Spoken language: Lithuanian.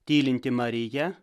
tylinti marija